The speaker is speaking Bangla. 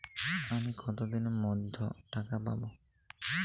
আমি কতদিনের মধ্যে টাকা পাবো?